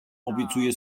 obiecuję